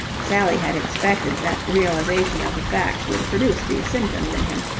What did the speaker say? sally had expected that realization of the facts would produce these symptoms in him,